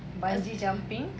bungee jumping